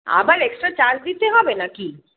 আবার extra charge দিতে হবে না কি